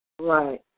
Right